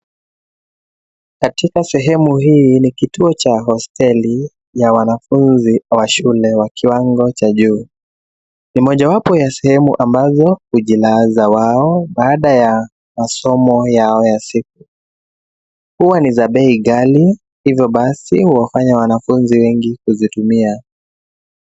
Katika sehemu hii ni kituo cha hosteli ya wanafunzi wa shule wa kiwango ca juu, ni mojawapo ya sehemu ambazo hijilaza wao baada ya masomo yao ya siku, huwa ni za bei ghali hivyo basi huwafanya wanafunzi wengi kuzitumia.